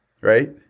Right